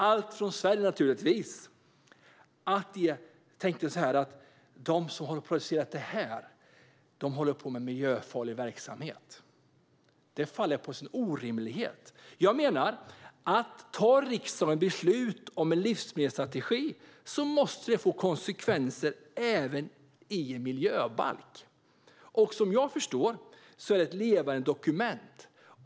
Allt var naturligtvis från Sverige. Jag undrar hur många av oss som tänkte att de som har producerat det här håller på med miljöfarlig verksamhet. Det faller på sin egen orimlighet. Jag menar att om riksdagen tar beslut om en livsmedelsstrategi måste det få konsekvenser även i miljöbalken. Som jag förstår det är miljöbalken ett levande dokument.